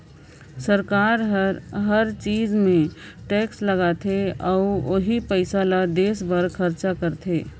सरकार हर हर चीच मे टेक्स लगाथे अउ ओही पइसा ल देस बर खरचा करथे